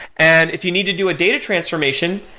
and if you need to do a data transformation,